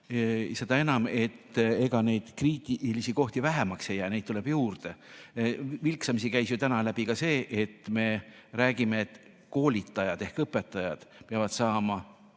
seda enam, et ega neid kriitilisi kohti vähemaks ei jää, neid tuleb juurde. Vilksamisi käis ju täna läbi siit ka see, et koolitajad ehk õpetajad peavad saama